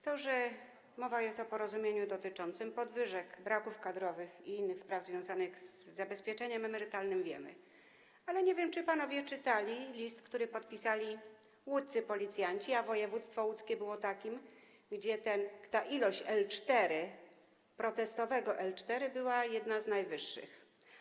To, że jest mowa o porozumieniu dotyczącym podwyżek, braków kadrowych i innych spraw związanych z zabezpieczeniem emerytalnym, wiemy, ale nie wiem, czy panowie czytali list, który podpisali łódzcy policjanci, a województwo łódzkie było takim, gdzie ta ilość L4, protestowego L4 była jedną z najwyższych.